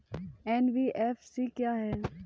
NBFC क्या है?